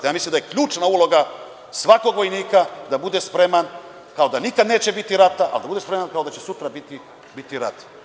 Ja mislim da je ključna uloga svakog vojnika da bude spreman kao da nikada neće biti rata, a da bude spreman kao da će sutra biti rat.